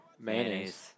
mayonnaise